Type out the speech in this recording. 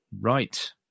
Right